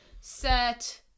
set